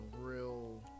real